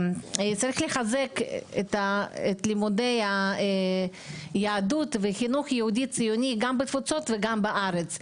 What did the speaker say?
צריך לחזק לימודי היהדות וחינוך יהודי-ציוני גם בתפוצות וגם בארץ.